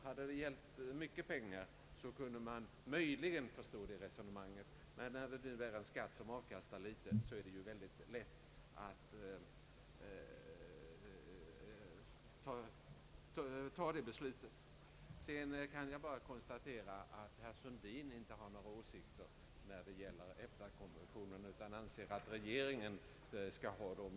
Hade det gällt mycket pengar, kunde man möjligen ha förstått det resonemanget, men när det nu gäller en skatt som avkastar litet i pengar, är det ju lätt att besluta om dess avskaffande. Jag konstaterar bara att herr Sundin inte har några åsikter när det gäller EFTA-konventionen utan anser att regeringen skall ha dem.